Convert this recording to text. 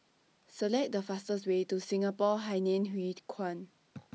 Select The fastest Way to Singapore Hainan Hwee Kuan